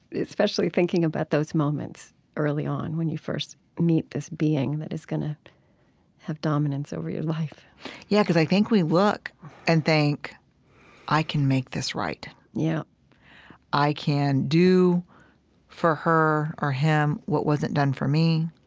especially thinking about those moments early on when you first meet this being that is going to have dominance over your life yeah, because i think we look and think i can make this right. yeah i can do for her or him what wasn't done for me.